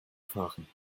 fahren